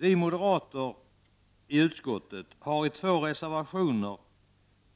Vi moderater i utskottet har i två reservationer,